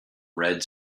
red